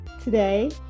today